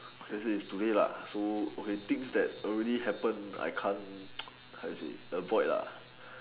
this is today lah so okay things that already happen I can't how to say avoid lah